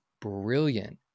brilliant